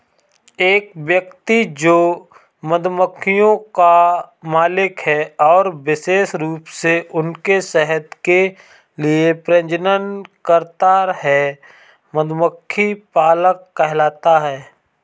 एक व्यक्ति जो मधुमक्खियों का मालिक है और विशेष रूप से उनके शहद के लिए प्रजनन करता है, मधुमक्खी पालक कहलाता है